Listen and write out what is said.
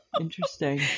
Interesting